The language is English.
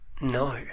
no